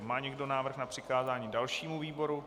Má někdo návrh na přikázání dalšímu výboru?